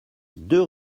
deux